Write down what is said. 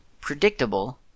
predictable